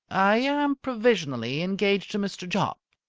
i am provisionally engaged to mr. jopp.